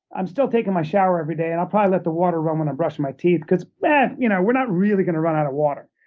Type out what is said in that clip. i'm still taking my shower every day, and i'll probably let the water run when i'm brushing my teeth because you know, we're not really going to run out of water.